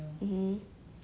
um hmm